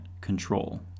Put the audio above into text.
control